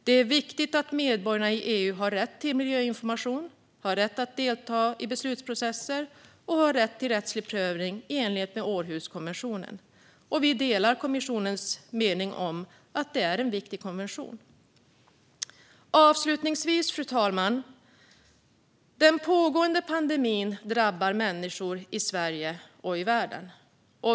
Det är viktigt att medborgarna i EU har rätt till miljöinformation, har rätt att delta i beslutsprocesser och har rätt till rättslig prövning i enlighet med Århuskonventionen. Vi delar EU-kommissionens mening att Århuskonventionen är viktig. Fru talman! Den pågående pandemin drabbar många människor i Sverige och i världen.